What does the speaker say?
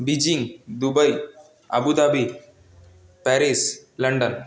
Beijing Dubai Abu Dhabi Paris London